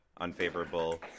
unfavorable